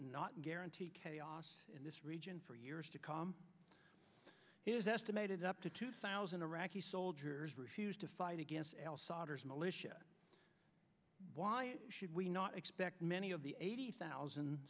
not guarantee chaos in this region for years to come it is estimated up to two thousand iraqi soldiers refused to fight against al solders militia why should we not expect many of the eighty thousand